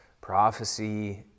prophecy